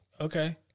okay